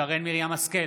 שרן מרים השכל,